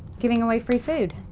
giving away free food.